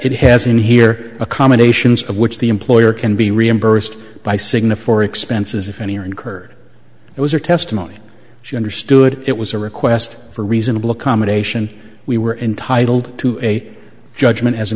it has in here accommodations of which the employer can be reimbursed by cigna for expenses if any are incurred it was her testimony she understood it was a request for reasonable accommodation we were entitled to a judgment as a